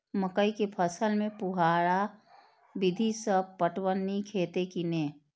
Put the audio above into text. मकई के फसल में फुहारा विधि स पटवन नीक हेतै की नै?